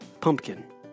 pumpkin